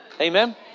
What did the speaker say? Amen